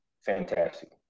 fantastic